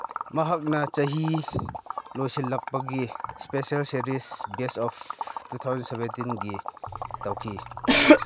ꯃꯍꯥꯛꯅ ꯆꯍꯤ ꯂꯣꯏꯁꯤꯜꯂꯛꯄꯒꯤ special series base of two thousand ꯁꯚꯦꯟꯇꯤꯟꯒꯤ ꯇꯧꯈꯤ